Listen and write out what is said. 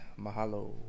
mahalo